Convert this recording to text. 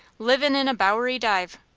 livin' in a bowery dive.